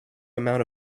amount